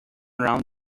around